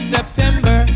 September